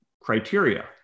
criteria